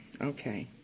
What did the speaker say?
okay